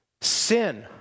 sin